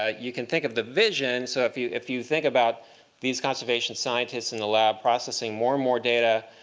ah you can think of the vision so if you if you think about these conservation scientists in the lab processing more and more data,